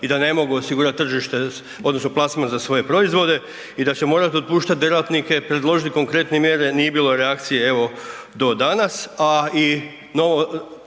i da ne mogu osigurati tržište odnosno plasman za svoje proizvode i da će morat otpuštat djelatnike, predložit konkretne mjere, nije bilo reakcije, evo do danas, a i novo